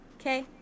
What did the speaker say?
Okay